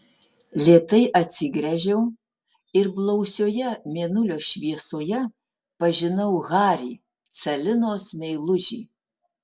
lėtai atsigręžiau ir blausioje mėnulio šviesoje pažinau harį celinos meilužį